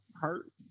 hurt